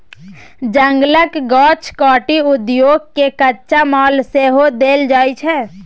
जंगलक गाछ काटि उद्योग केँ कच्चा माल सेहो देल जाइ छै